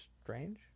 Strange